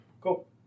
Cool